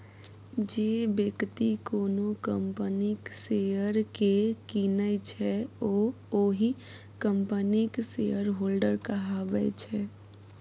जे बेकती कोनो कंपनीक शेयर केँ कीनय छै ओ ओहि कंपनीक शेयरहोल्डर कहाबै छै